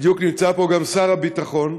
בדיוק נמצא פה גם שר הביטחון,